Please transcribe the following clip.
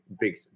big